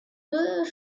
deux